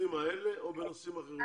בנושאים האלה או בנושאים אחרים?